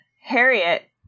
Harriet